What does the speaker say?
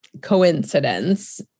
coincidence